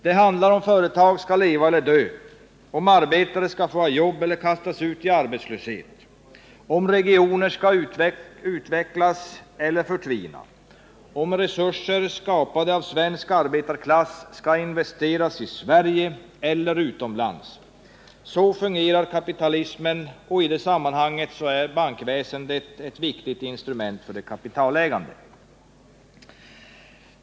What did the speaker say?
Det handlar om huruvida företag skall leva eller dö, om arbetare skall få ha jobb eller kastas ut i arbetslöshet, om regioner skall utvecklas eller förtvina, om resurser skapade av svensk arbetarklass skall investeras i Sverige eller utomlands. Så fungerar kapitalismen, och i det sammanhanget är bankväsendet ett viktigt instrument för de kapitalägande.